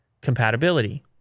compatibility